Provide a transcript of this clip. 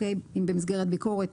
אם במסגרת ביקורת